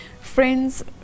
Friends